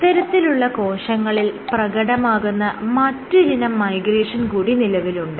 ഇത്തരത്തിലുള്ള കോശങ്ങളിൽ പ്രകടമാകുന്ന മറ്റൊരിനം മൈഗ്രേഷൻ കൂടി നിലവിലുണ്ട്